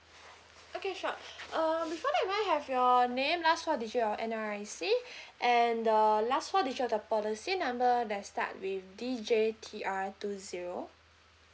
okay sure uh before that may I have your name last four digit of your N_R_I_C and the last four digit of the policy number that start with D J T R two zero